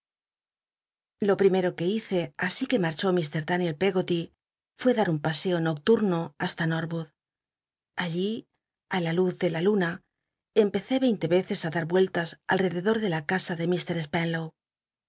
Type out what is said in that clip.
lo primero que hice así que marchó fr daniel peggo y fué dar un paseo noctumo hasta norwood alli á la luz de la luna empecé ycinle eces á da vueltas all'edcdor de la casa de mr spenlow